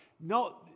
No